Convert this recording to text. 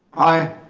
aye.